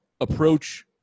approach